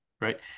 right